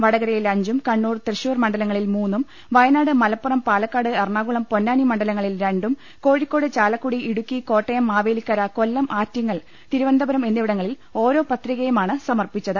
വടക രയിൽ അഞ്ചും കണ്ണൂർ തൃശൂർ മണ്ഡലങ്ങളിൽ മൂന്നൂം വയനാ ട് മലപ്പുറം പാലക്കാട് എറണാകുളം പൊന്നാനി മണ്ഡലങ്ങളിൽ രണ്ടും കോഴിക്കോട് ചാലക്കുടി ഇടുക്കി കോട്ടയം മാവേലിക്കര കൊല്ലം ആറ്റിങ്ങൽ തിരുവനന്തപുരം എന്നിവിടങ്ങളിൽ ഓരോ പത്രി കയും ആണ് സമർപ്പിച്ചത്